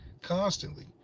constantly